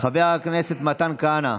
חבר הכנסת מאיר כהן,